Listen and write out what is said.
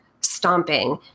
stomping